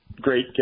great